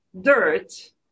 dirt